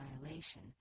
annihilation